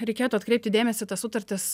reikėtų atkreipti dėmesį tas sutartis